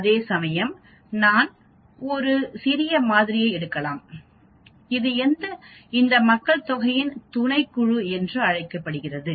அதேசமயம் நான் ஒரு சிறிய மாதிரியை எடுக்கலாம் இது இந்த மக்கள்தொகையின் துணைக்குழு என்று அழைக்கப்படுகிறது